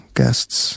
guests